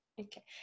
Okay